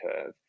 curve